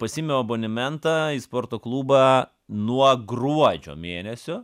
pasiėmiau abonementą į sporto klubą nuo gruodžio mėnesio